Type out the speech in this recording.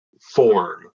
form